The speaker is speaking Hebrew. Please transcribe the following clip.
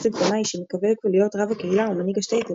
חסיד קנאי שמקווה להיות רב הקהילה ומנהיג השטעטל.